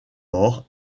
mort